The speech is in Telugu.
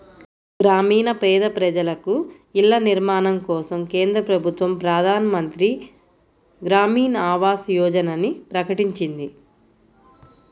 గ్రామీణ పేద ప్రజలకు ఇళ్ల నిర్మాణం కోసం కేంద్ర ప్రభుత్వం ప్రధాన్ మంత్రి గ్రామీన్ ఆవాస్ యోజనని ప్రకటించింది